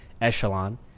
echelon